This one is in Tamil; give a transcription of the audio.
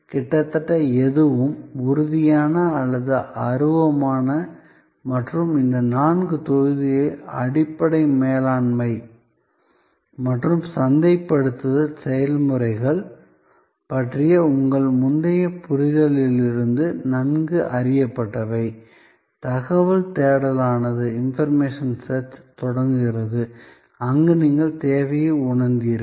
கிட்டத்தட்ட எதுவும் உறுதியான அல்லது அருவமான மற்றும் இந்த நான்கு தொகுதிகள் அடிப்படை மேலாண்மை மற்றும் சந்தைப்படுத்தல் செயல்முறைகள் பற்றிய உங்கள் முந்தைய புரிதலிலிருந்து நன்கு அறியப்பட்டவை தகவல் தேடலானது தொடங்குகிறது அங்கு நீங்கள் தேவையை உணர்ந்தீர்கள்